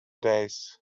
days